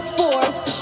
force